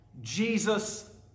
Jesus